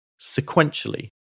sequentially